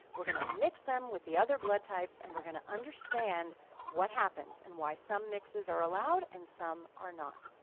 we're going to mix them with the other blood types and we're going to understand what happens and why some mixes are allowed and some mixes are not.